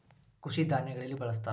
ಕೃಷಿ ಧಾನ್ಯಗಳಲ್ಲಿ ಬಳ್ಸತಾರ